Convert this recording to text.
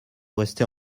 rester